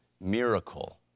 miracle